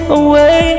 away